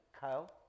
Kyle